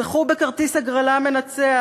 זכו בכרטיס הגרלה מנצח,